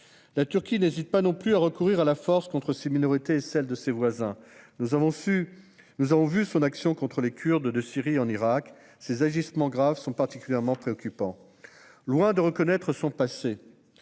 La Turquie n'hésite pas non plus à recourir à la force contre ses minorités et celles de ses voisins. Nous avons vu son action contre les Kurdes de Syrie en Irak. Ces agissements graves sont particulièrement préoccupants. Loin de reconnaître son passé,